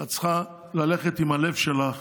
את צריכה ללכת עם הלב שלך